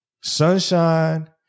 Sunshine